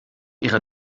ihre